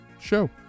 show